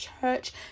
church